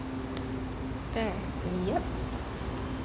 yup